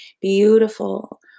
beautiful